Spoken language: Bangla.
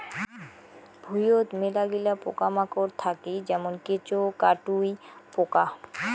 ভুঁইয়ত মেলাগিলা পোকামাকড় থাকি যেমন কেঁচো, কাটুই পোকা